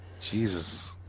Jesus